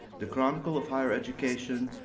the chronicle of higher education,